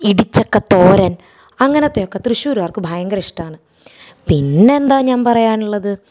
ഇടിച്ചക്കത്തോരൻ അങ്ങനത്തെയക്കെ തൃശ്ശൂര്കാർക്ക് ഭയങ്കര ഇഷ്ടമാണ് പിന്നെന്താ ഞാൻ പറയാനുള്ളത്